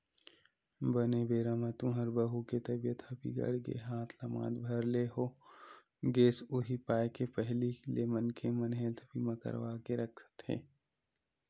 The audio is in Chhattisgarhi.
बने बेरा म तुँहर बहू के तबीयत ह बिगड़ गे हाथ लमात भर ले हो गेस उहीं पाय के पहिली ले मनखे मन हेल्थ बीमा करवा के रखत हे